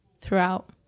throughout